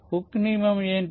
hook నియమం ఏమిటి